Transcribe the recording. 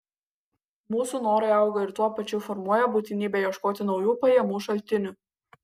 mūsų norai auga ir tuo pačiu formuoja būtinybę ieškoti naujų pajamų šaltinių